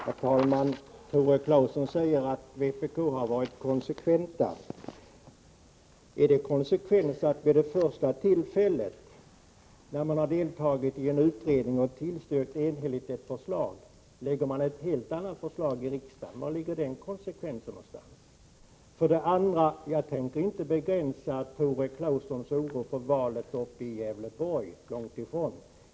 Herr talman! Tore Claeson säger att vpk har varit konsekvent. Är det konsekvent att man när man deltagit i en utredning och enhälligt tillstyrkt ett förslag, sedan vid första tillfälle lägger fram ett helt annat förslag i riksdagen? Vari ligger konsekvensen? Jag tänker inte begränsa Tore Claesons oro för valet uppe i Gävleborg — långt ifrån.